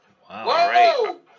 whoa